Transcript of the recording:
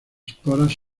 esporas